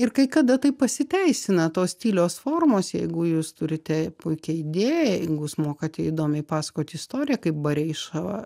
ir kai kada tai pasiteisina to stiliaus formos jeigu jūs turite puikią idėją jeigu jūs mokate įdomiai pasakoti istoriją kaip bareiša va